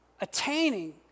attaining